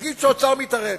תגיד שהאוצר מתערב.